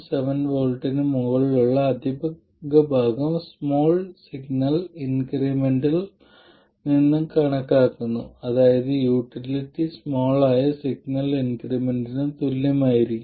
7 V ന് മുകളിലുള്ള അധികഭാഗം സ്മാൾ സിഗ്നൽ ഇൻക്രിമെന്റൽ നിന്നും കണക്കാക്കുന്നു അതായത് യൂട്ടിലിറ്റി ആയ സ്മാൾ സിഗ്നൽ ഇൻക്രെമെന്റലിന് തുല്യം ആയിരിക്കും